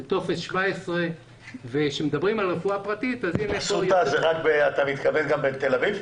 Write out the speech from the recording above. בטופס 17. כשאתה אומר אסותא, זה רק בתל אביב.